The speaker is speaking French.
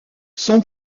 son